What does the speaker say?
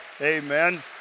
Amen